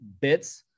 bits